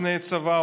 לפני צבא,